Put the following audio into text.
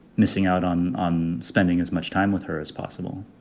missing out on on spending as much time with her as possible.